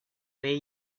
way